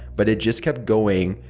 but it just kept going.